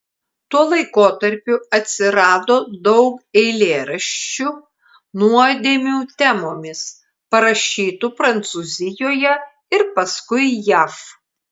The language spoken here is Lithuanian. tuo laikotarpiu atsirado daug eilėraščių nuodėmių temomis parašytų prancūzijoje ir paskui jav